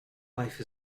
life